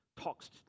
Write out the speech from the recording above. talks